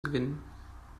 gewinnen